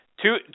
Two